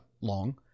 long